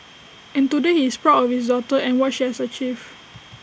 and today he is proud of his daughter and what she has achieved